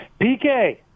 PK